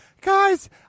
guys